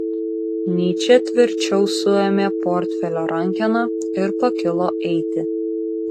nyčė tvirčiau suėmė portfelio rankeną ir pakilo eiti